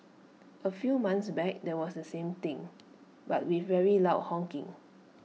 A few months back there was A same thing but with very loud honking